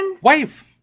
Wife